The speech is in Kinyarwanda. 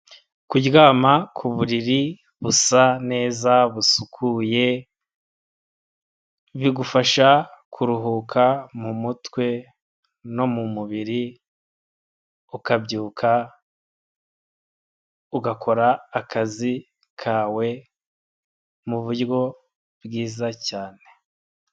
Kuryama ku buriri busa neza busukuye, bigufasha kuruhuka mumutwe no mu mubiri ukabyuka ugakora akazi kawe muburyo bwiza cyane.